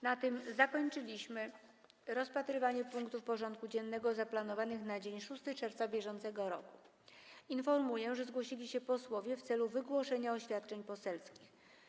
Na tym zakończyliśmy rozpatrywanie punktów porządku dziennego zaplanowanych na dzień 6 czerwca br. Informuję, że zgłosili się posłowie w celu wygłoszenia oświadczeń poselskich.